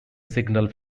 signal